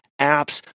apps